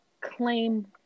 claim